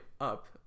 up